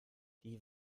die